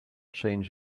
change